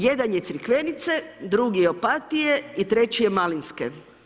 Jedan je Crikvenice, drugi je Opatije i treći je Malinske.